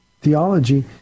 theology